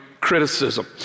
Criticism